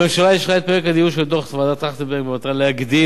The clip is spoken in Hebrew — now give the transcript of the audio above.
הממשלה אישרה את פרק הדיור של דוח ועדת-טרכטנברג במטרה להגדיל